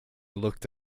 looked